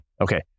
okay